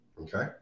Okay